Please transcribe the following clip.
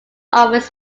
office